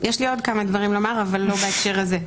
יש לי עוד כמה דברים לומר, אבל לא בהקשר הזה.